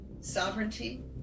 sovereignty